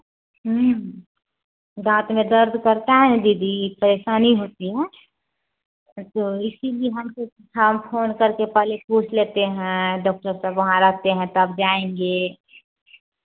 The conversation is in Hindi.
दाँत में दर्द करता है ना दीदी परेशानी होती है तो इसीलिए हम सोचे थोड़ा फोन करके पहले पूछ लेते हैं डॉक्टर साहब वहाँ रहते हैं तब जाएँगे